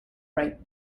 ripe